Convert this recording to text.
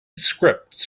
scripts